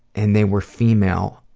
and they were female,